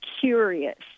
curious